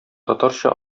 татарча